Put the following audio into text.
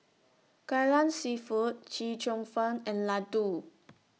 Kai Lan Seafood Chee Cheong Fun and Laddu